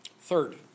Third